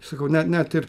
sakau ne net ir